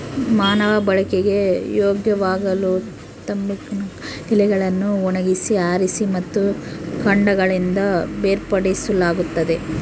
ಮಾನವ ಬಳಕೆಗೆ ಯೋಗ್ಯವಾಗಲುತಂಬಾಕಿನ ಎಲೆಗಳನ್ನು ಒಣಗಿಸಿ ಆರಿಸಿ ಮತ್ತು ಕಾಂಡಗಳಿಂದ ಬೇರ್ಪಡಿಸಲಾಗುತ್ತದೆ